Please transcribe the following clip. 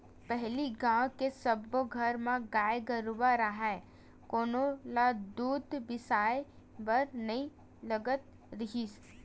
पहिली गाँव के सब्बो घर म गाय गरूवा राहय कोनो ल दूद बिसाए बर नइ लगत रिहिस